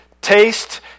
taste